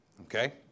Okay